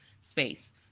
space